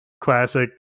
classic